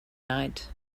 night